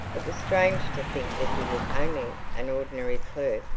it was strange to think that he was only an ordinary clerk,